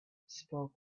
spoke